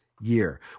year